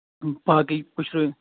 تہٕ باقٕے پٔشرٲوِو